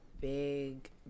big